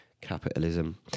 Capitalism